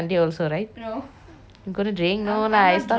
you gonna drink no lah it's stop drinking